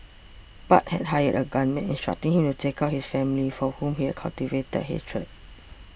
bart had hired a gunman instructing him to take out his family for whom he had cultivated hatred